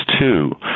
two